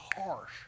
harsh